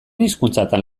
hizkuntzatan